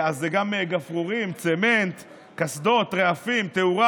זה גם גפרורים, צמנט, קסדות, רעפים, תאורה.